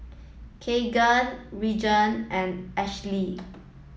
Kaaren Reagan and Ashlie